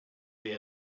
the